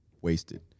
Wasted